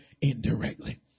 indirectly